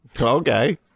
Okay